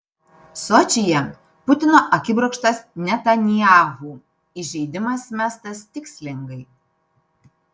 sočyje putino akibrokštas netanyahu įžeidimas mestas tikslingai